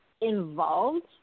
involved